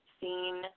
seen